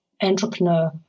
entrepreneur